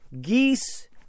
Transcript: geese